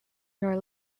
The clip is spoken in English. nor